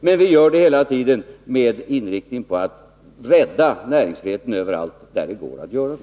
Men vi gör sådana inskränkningar hela tiden med inriktning på att rädda näringsfriheten överallt där det går att göra det.